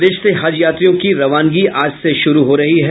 प्रदेश से हज यात्रियों की रवानगी आज से शुरू हो रही है